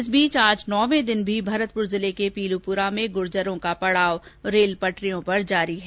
इस बीच आज नौवें दिन भी भरतपुर जिले के पीलूपुरा में गुर्जरों का पड़ाव जारी है